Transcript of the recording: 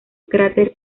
cráter